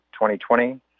2020